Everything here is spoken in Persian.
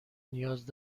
نیاز